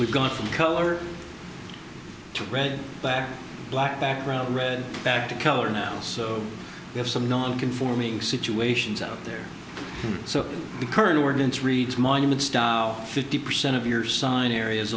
we got from color to read back black background red back to color now so we have some non conforming situations out there so the current ordinance reads monument style fifty percent of your sign areas